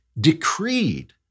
decreed